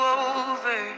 over